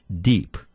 deep